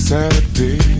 Saturday